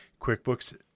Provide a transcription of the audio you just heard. QuickBooks